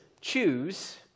choose